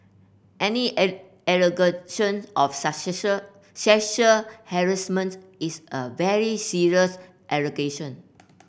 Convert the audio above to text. any air allegation of sexual harassment is a very serious allegation